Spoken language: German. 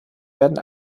werden